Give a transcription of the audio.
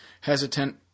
hesitant